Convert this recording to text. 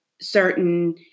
certain